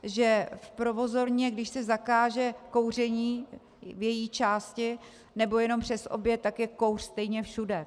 Že v provozovně, když se zakáže kouření v její části nebo jen přes oběd, tak je kouř stejně všude.